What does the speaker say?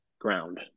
ground